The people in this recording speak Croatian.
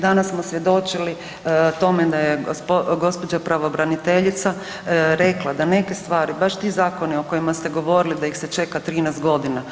Danas smo svjedočili tome da je gospođa pravobraniteljica rekla da neke stvari, baš ti zakoni o kojima ste govorili da ih se čeka 13 godina.